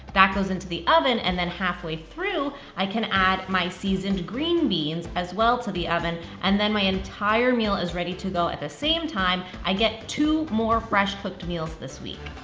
that goes into the oven, and then halfway through i can add my seasoned green beans as well to the oven, and then my entire meal is ready to go at the same time. i get two more fresh-cooked meals this week.